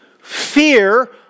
fear